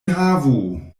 havu